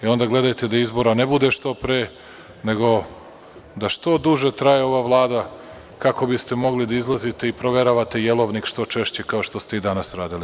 Onda gledajte da izbora ne bude što pre, nego da što duže traje ova Vlada kako biste mogli da izlazite i proveravate jelovnik što češće, kao što ste i danas radili.